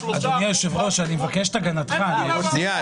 --- שניה,